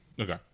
Okay